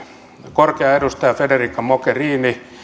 korkea edustaja federica mogherini